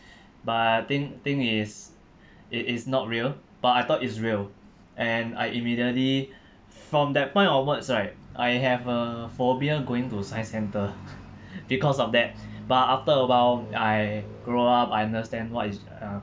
but thing thing is it is not real but I thought it's real and I immediately from that point onwards right I have a phobia going to science centre because of that but after a while I grow up I understand what is uh